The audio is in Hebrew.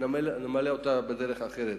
נמלא בדרך אחרת.